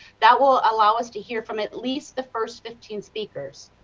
that will allow us to hear from at least the first fifteen speakers.